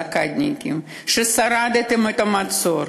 בלוקדניקים ששרדתם במצור,